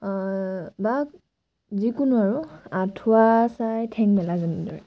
বা যিকোনো আৰু আঁঠুৱা চাই ঠেং মেলা যেনেদৰে